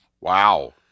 Wow